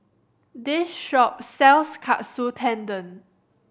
this shop sells Katsu Tendon